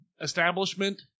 establishment